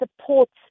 supports